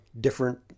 different